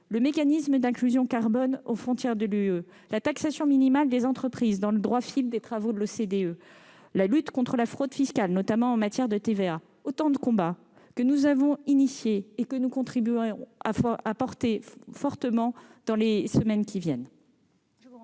mécanisme d'inclusion carbone aux frontières de l'Union européenne, taxation minimale des entreprises, dans le droit fil des travaux de l'OCDE, ou encore lutte contre la fraude fiscale, notamment en matière de TVA. Ce sont autant de combats que nous avons engagés et que nous poursuivrons activement dans les semaines qui viennent.